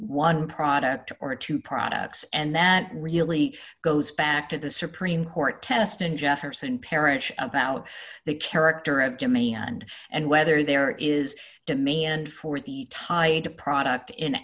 one product or two products and that really goes back to the supreme court test in jefferson parish about the character of jimmy and and whether there is to me and for the tie in to product in